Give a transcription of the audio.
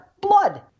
blood